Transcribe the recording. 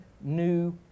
new